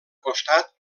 costat